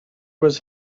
was